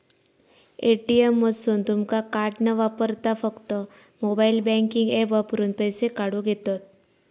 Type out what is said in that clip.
ATM मधसून तुमका card न वापरता फक्त मोबाईल बँकिंग ऍप वापरून पैसे काढूक येतंत